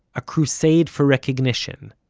a crusade for recognition.